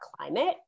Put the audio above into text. climate